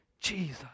Jesus